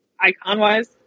icon-wise